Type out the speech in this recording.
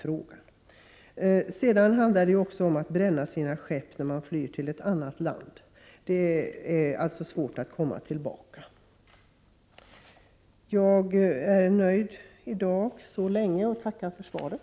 17 november 1988 Det handlar ofta om att man bränner sina skepp när man flyr till et IA främmande land, och det kan vara svårt att komma tillbaka. Jag är nöjd för dagen och tackar för svaret.